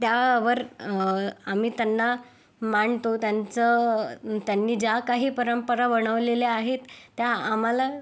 त्यावर आम्ही त्यांना मानतो त्यांचं त्यांनी ज्या काही परंपरा बनवलेल्या आहेत त्या आम्हाला